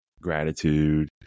gratitude